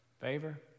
Favor